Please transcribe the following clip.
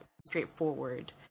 straightforward